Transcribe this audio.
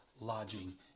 lodging